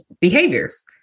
behaviors